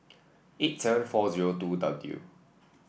eight seven four zero two W